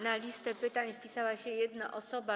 Na listę pytających wpisała się jedna osoba.